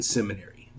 Seminary